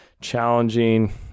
challenging